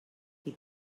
qui